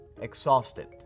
exhausted